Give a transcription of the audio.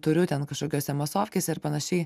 turiu ten kažkokiuose maslovskėse ir panašiai